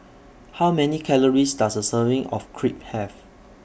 How Many Calories Does A Serving of Crepe Have